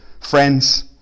friends